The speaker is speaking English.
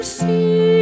see